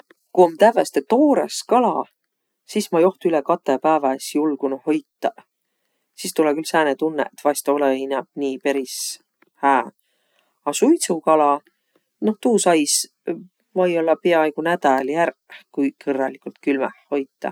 Ku om tävveste toorõs kala, sis ma joht üle katõ päävä es julgunuq hoitaq. Sis tulõ külq sääne tunnõq, et vaest olõ-i inämp nii peris hää. A suidsukala, noq tuu sais või-ollaq piäaigo nädäli ärq, kui kõrraligult külmäh hoitaq.